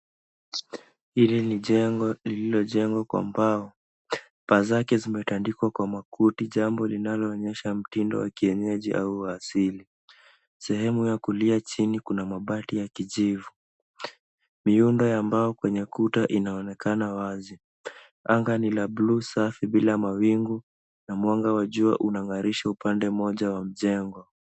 Hili ni jengo lililojengwa kwa mbao paa zake zimetandikwa kwa makuti jambo linaloonyesha mtindo wa kienyeji au asili, sehemu ya kulia chini Kuna mabati ya kijivu ,miundo ya mbao kwenye kuta inaonekana wazi , anga ni la bluu safi bila mawingu na mwanga wa jua unang'arisha upande mmoja wa jengo.